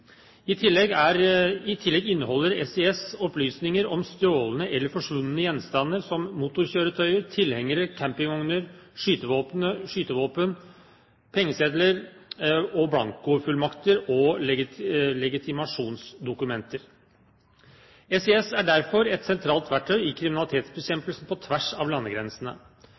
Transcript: I tillegg inneholder SIS opplysninger om stjålne eller forsvunne gjenstander, som motorkjøretøyer, tilhengere, campingvogner, skytevåpen, pengesedler, blankofullmakter og legitimasjonsdokumenter. SIS er derfor et sentralt verktøy i kriminalitetsbekjempelse på tvers av landegrensene.